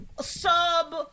sub-